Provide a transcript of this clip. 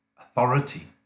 authority